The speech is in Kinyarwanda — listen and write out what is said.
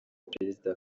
perezida